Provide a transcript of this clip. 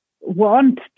want